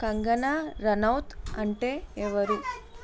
కంగనా రనౌత్ అంటే ఎవరు